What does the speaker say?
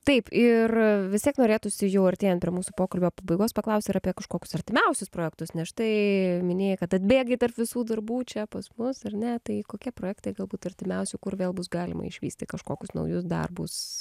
taip ir vis tiek norėtųsi jau artėjant prie mūsų pokalbio pabaigos paklausti ir apie kažkokius artimiausius projektus nes štai minėjai kad atbėgai tarp visų darbų čia pas mus ar ne tai kokie projektai galbūt artimiausi kur vėl bus galima išvysti kažkokius naujus darbus